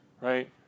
right